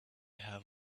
have